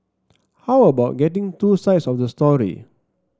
how about getting two sides of the story